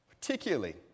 Particularly